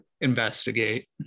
investigate